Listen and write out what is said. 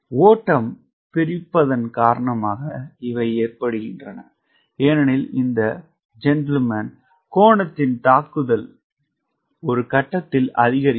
ஓட்டம் பிரிப்பதன் காரணமாக இவை ஏற்படுகின்றன ஏனெனில் இந்த ஜென்டில்மேன் அங்கிள் ஆப் அட்டாக் ஒரு கட்டத்தில் அதிகரிக்கும்